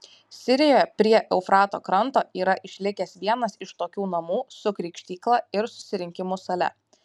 sirijoje prie eufrato kranto yra išlikęs vienas iš tokių namų su krikštykla ir susirinkimų sale